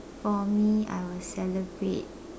for me I will celebrate